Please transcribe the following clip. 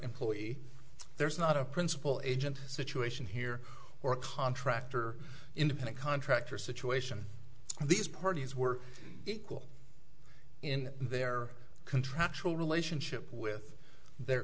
employee there's not a principal agent situation here or contractor independent contractor situation these parties were equal in their contractual relationship with their